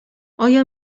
آیا